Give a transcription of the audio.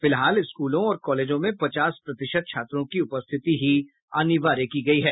फिलहाल स्कूलों और कॉलेजों में पचास प्रतिशत छात्रों की उपस्थिति ही अनिवार्य की गई है